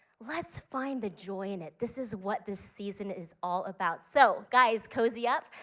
let's find the joy in it, this is what this season is all about. so, guys cozy up,